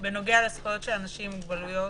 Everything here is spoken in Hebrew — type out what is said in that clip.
בנושא זכויות אנשים עם מוגבלויות,